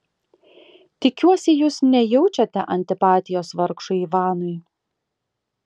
tikiuosi jūs nejaučiate antipatijos vargšui ivanui